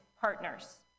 partners